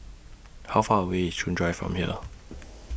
How Far away IS Chuan Drive from here